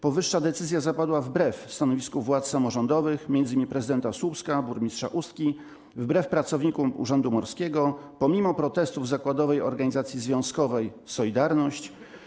Powyższa decyzja zapadła wbrew stanowisku władz samorządowych, m.in. prezydenta Słupska czy burmistrza Ustki, wbrew pracownikom urzędu morskiego, pomimo protestów zakładowej organizacji związkowej „Solidarność”